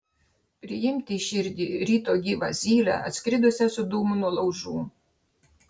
priimti į širdį ryto gyvą zylę atskridusią su dūmu nuo laužų